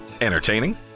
Entertaining